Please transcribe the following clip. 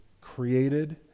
created